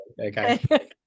Okay